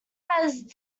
had